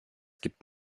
gibt